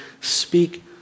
Speak